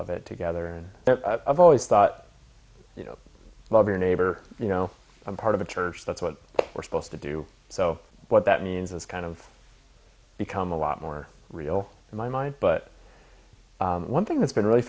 of it together and i've always thought you know love your neighbor you know i'm part of a church that's what we're supposed to do so what that means is kind of become a lot more real in my mind but one thing that's been really